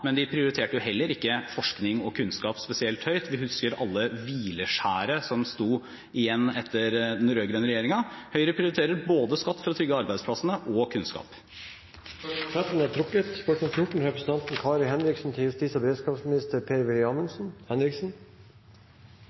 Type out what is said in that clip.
men de prioriterte heller ikke forskning og kunnskap spesielt høyt. Vi husker alle hvileskjæret som sto igjen etter den rød-grønne regjeringen. Høyre prioriterer både skatt for å trygge arbeidsplassene og kunnskap. Dette spørsmålet er trukket